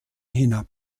hinab